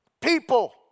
People